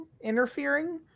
interfering